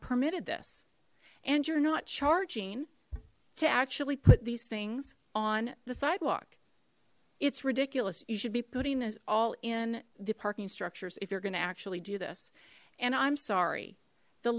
permitted this and you're not charging to actually put these things on the sidewalk it's ridiculous you should be putting this all in the parking structures if you're gonna actually do this and i'm sorry the